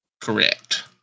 correct